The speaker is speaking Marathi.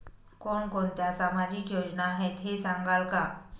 कोणकोणत्या सामाजिक योजना आहेत हे सांगाल का?